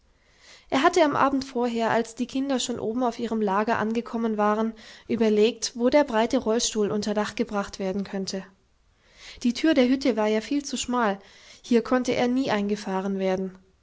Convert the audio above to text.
er hatte am abend vorher als die kinder schon oben auf ihrem lager angekommen waren überlegt wo der breite rollstuhl unter dach gebracht werden könnte die tür der hütte war ja viel zu schmal hier konnte er nie eingefahren werden